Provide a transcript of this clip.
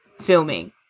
filming